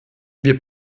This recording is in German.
wir